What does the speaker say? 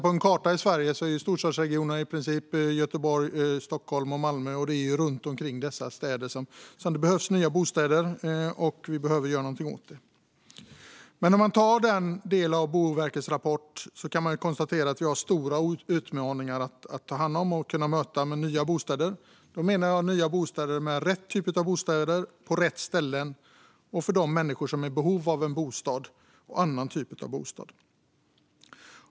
På en karta över Sverige omfattar storstadsregionerna i princip Göteborg, Stockholm och Malmö. Det är runt omkring dessa städer som det behövs nya bostäder, och vi behöver göra något åt detta. Utifrån den delen av Boverkets rapport kan man konstatera att vi har stora utmaningar att ta hand om och möta med nya bostäder. Med nya bostäder menar jag rätt typ av bostäder, på rätt ställen, för de människor som är i behov av en bostad eller en annan typ av bostad.